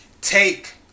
take